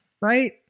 right